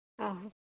ᱚ